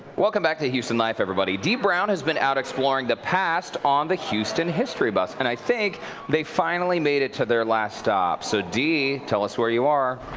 welcome back to houston life. dee brown has been out exploring the past on the houston history bus. and i think they finally made it to their last stop. so dee, tell us where you are.